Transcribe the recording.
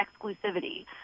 exclusivity